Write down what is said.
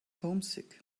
homesick